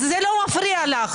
זה לא מפריע לך.